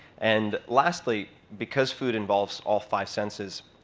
and lastly, because food involves all five senses,